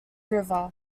river